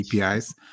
APIs